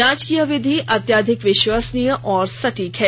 जांच की यह विधि अत्याधिक विश्वसनीय और सटीक है